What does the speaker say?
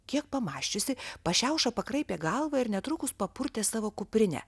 kiek pamąsčiusi pašiauša pakraipė galvą ir netrukus papurtė savo kuprinę